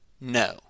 No